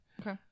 Okay